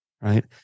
right